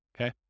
okay